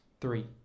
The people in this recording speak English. Three